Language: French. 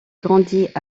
grandit